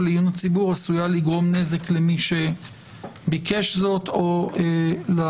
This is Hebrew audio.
לעיון הציבור עשויה לגרום נזק למי שביקש זאת או לזולת.